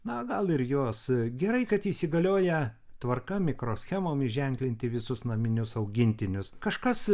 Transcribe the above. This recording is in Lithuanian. na gal ir jos gerai kad įsigalioja tvarka mikroschemomis ženklinti visus naminius augintinius kažkas